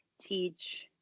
teach